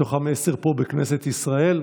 מתוכן עשר פה בכנסת ישראל.